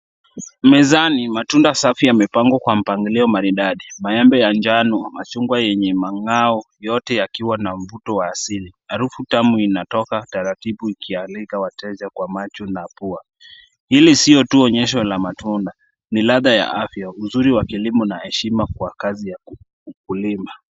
Mezani matunda safi yamepangwa kwa mpangilio maridadi. Maembe ya manjano, majungwa yenye mng'ao, yote yakiwa na mvuto wa asili. Harafu tamu inatoka taratibu ikiwalika wateja kwa macho na pua. Hili si onyesho la matunda, ni ladha ya afya, uzuri wa kilimo na heshima kwa kazi ya ukulima.